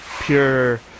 pure